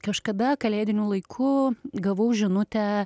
kažkada kalėdiniu laiku gavau žinutę